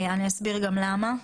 אסביר למה.